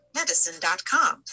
medicine.com